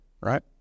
right